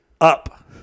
up